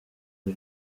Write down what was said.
iri